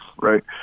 right